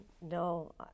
No